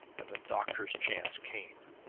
and the doctor's chance came.